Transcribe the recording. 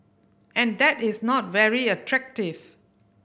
and that is not very attractive